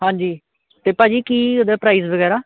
ਹਾਂਜੀ ਅਤੇ ਭਾਅ ਜੀ ਕੀ ਉਹਦਾ ਪ੍ਰਾਈਜ਼ ਵਗੈਰਾ